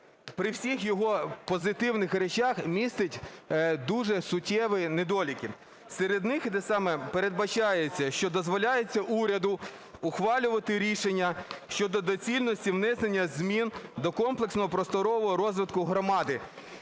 при всіх його позитивних речах містить дуже суттєві недоліки. Серед них: передбачається, що дозволяється уряду ухвалювати рішення щодо доцільності внесення змін до комплексного просторового розвитку громади.